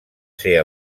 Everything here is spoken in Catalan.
ser